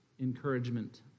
encouragement